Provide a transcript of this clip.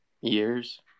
years